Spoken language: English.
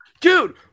dude